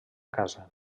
casa